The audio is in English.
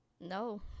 No